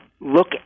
look